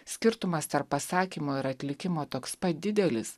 skirtumas tarp pasakymo ir atlikimo toks pat didelis